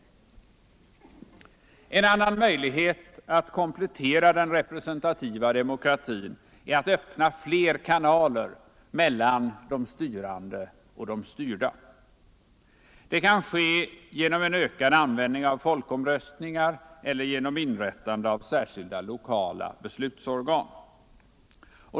En annan möjlighet att komplettera den representativa demokratin är att öppna fler kanaler mellan de styrande och de styrda. Det kan ske genom en ökad användning av folkomröstningar eller genom inrättande av särskilda, lokala beslutsorgan.